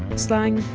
slang,